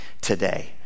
today